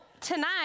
tonight